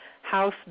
House